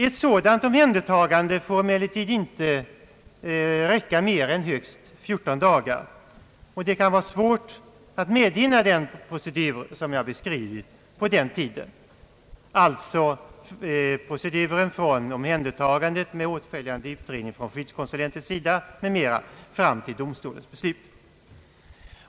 Ett sådant omhändertagande får emellertid inte räcka mer än högst 14 dagar. Det kan på den tiden vara svårt att medhinna den procedur som jag har beskrivit, alltså proceduren från omhändertagandet med åtföljande utredning från skyddskonsulentens sida m.m. fram till domstolens beslut.